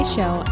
Show